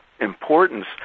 importance